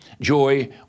Joy